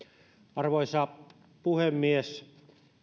arvoisa puhemies